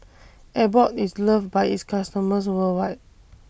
Abbott IS loved By its customers worldwide